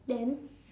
then